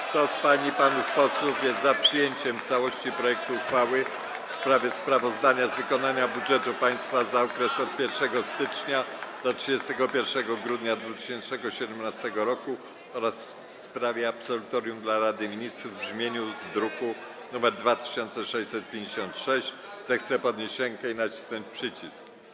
Kto z pań i panów posłów jest za przyjęciem w całości projektu uchwały w sprawie sprawozdania z wykonania budżetu państwa za okres od dnia 1 stycznia do dnia 31 grudnia 2017 r. oraz w sprawie absolutorium dla Rady Ministrów w brzmieniu z druku nr 2656, zechce podnieść rękę i nacisnąć przycisk.